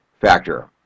factor